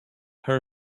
her